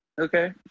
okay